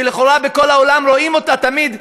שלכאורה בכל העולם רואים אותה תמיד,